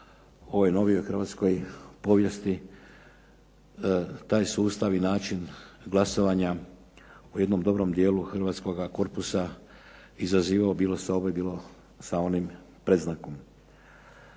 ovoj novijoj hrvatskoj povijesti taj sustav i način glasovanja u jednom dobrom dijelu hrvatskoga korpusa izazivao bilo sa onim bilo sa ovim predznakom.